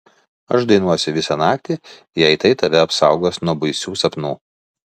aš dainuosiu visą naktį jei tai tave apsaugos nuo baisių sapnų